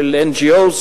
של NGO`s,